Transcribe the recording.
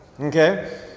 Okay